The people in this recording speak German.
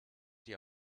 hier